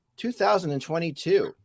2022